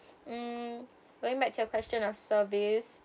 um going back to your question of service